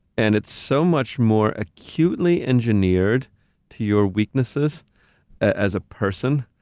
and it's so much more acutely engineered to your weaknesses as a person,